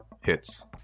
Hits